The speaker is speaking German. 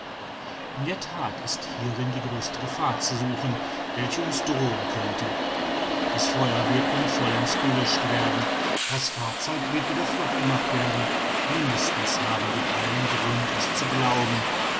in der that ist hierin die größte gefahr zu suchen welche uns drohen könnte das feuer wird nun vollends gelöscht werden das fahrzeug wird wieder flott gemacht werden mindestens haben wir allen grund es zu glauben